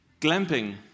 Glamping